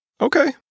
Okay